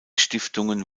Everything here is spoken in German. stiftungen